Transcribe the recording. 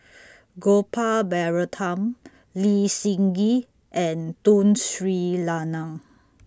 Gopal Baratham Lee Seng Gee and Tun Sri Lanang